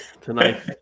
tonight